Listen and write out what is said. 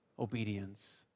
obedience